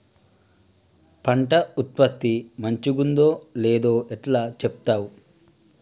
పంట ఉత్పత్తి మంచిగుందో లేదో ఎట్లా చెప్తవ్?